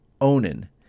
Onan